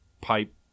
pipe